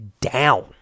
down